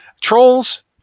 Trolls